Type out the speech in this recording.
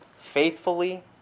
faithfully